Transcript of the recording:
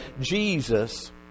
Jesus